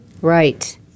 Right